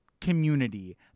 community